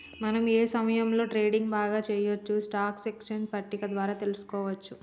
మనం ఏ సమయంలో ట్రేడింగ్ బాగా చెయ్యొచ్చో స్టాక్ ఎక్స్చేంజ్ పట్టిక ద్వారా తెలుసుకోవచ్చు